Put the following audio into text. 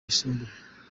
yisumbuye